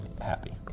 happy